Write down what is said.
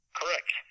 correct